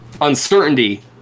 uncertainty